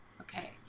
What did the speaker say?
Okay